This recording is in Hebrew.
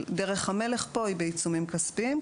אבל דרך המלך פה היא בעיצומים כספיים,